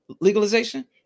legalization